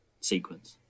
sequence